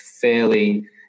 fairly